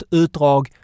utdrag